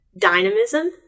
dynamism